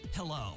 Hello